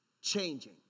changing